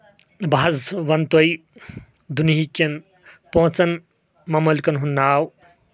بہٕ حظ وَنہٕ تۄہہ دُنہیٖکٮ۪ن پانٛژن مَمٲلِکَن ہُنٛد ناو